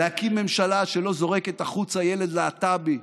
להקים ממשלה שלא זורקת החוצה ילד להט"בי,